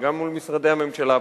וגם מול משרדי הממשלה,